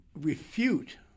refute